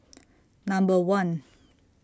Number one